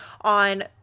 on